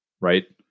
right